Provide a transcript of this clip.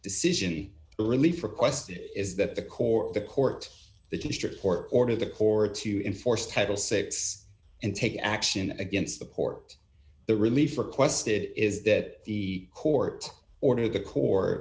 decision relief request is that the court the court the district court ordered the court to enforce title six and take action against the port the relief requested is that the court ordered the co